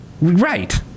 Right